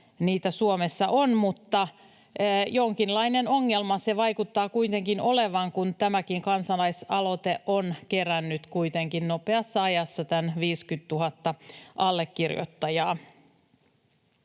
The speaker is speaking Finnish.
Suomessa on, mutta jonkinlainen ongelma se vaikuttaa kuitenkin olevan, kun tämäkin kansalaisaloite on kerännyt kuitenkin nopeassa ajassa tämän 50 000 allekirjoittajaa.